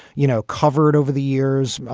you know, covered over the years.